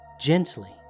gently